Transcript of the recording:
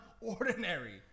ordinary